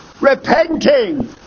repenting